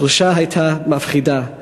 התחושה הייתה מפחידה.